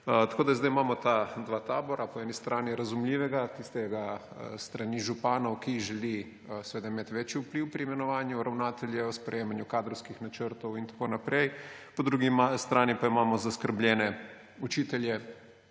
Tako imamo zdaj dva tabora. Po eni strani razumljivega, tistega s strani županov, ki želi imeti večji vpliv pri imenovanju ravnateljev, sprejemanju kadrovskih načrtov in tako naprej. Po drugi strani pa imamo zaskrbljene učitelje